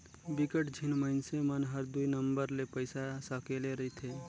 बिकट झिन मइनसे मन हर दुई नंबर ले पइसा सकेले रिथे